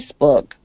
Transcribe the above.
Facebook